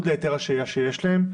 על קיום הישיבה החשובה הזאת,